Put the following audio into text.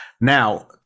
Now